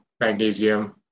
magnesium